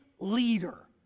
leader